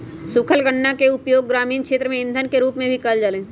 सूखल गन्ना के उपयोग ग्रामीण क्षेत्र में इंधन के रूप में भी कइल जाहई